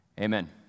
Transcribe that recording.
amen